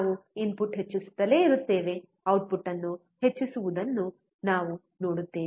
ನಾವು ಇನ್ಪುಟ್ ಹೆಚ್ಚಿಸುತ್ತಲೇ ಇರುತ್ತೇವೆ ಔಟ್ಪುಟ್ ಅನ್ನು ಹೆಚ್ಚಿಸುವುದನ್ನು ನಾವು ನೋಡುತ್ತೇವೆ